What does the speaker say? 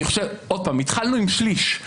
שוב, התחלנו עם שליש.